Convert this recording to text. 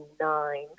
nine